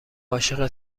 عاشق